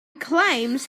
claims